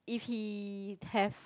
if he have